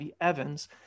Evans